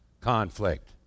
conflict